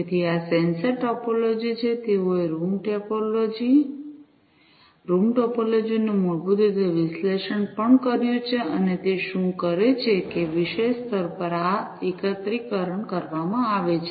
તેથી આ sensor topology છે તેઓએ રૂમ ટોપોલોજી રૂમ ટોપોલોજી નું મૂળભૂત રીતે વિશ્લેષણ પણ કર્યું છે તે શું કરે છે કે વિષય સ્તર પર આ એકત્રીકરણ કરવામાં આવે છે